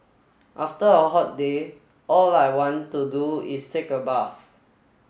after a hot day all I want to do is take a bath